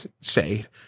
shade